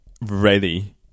ready